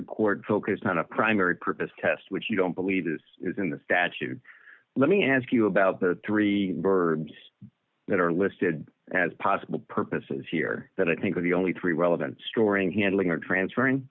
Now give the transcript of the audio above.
district court focused on a primary purpose test which you don't believe this is in the statute let me ask you about the three that are listed as possible purposes here that i think are the only three relevant storing handling or transferring